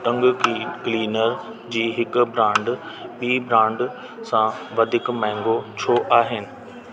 टंग cleaner जी हिक brand ॿिए ब्रांड खां वधीक महांगो छो आहे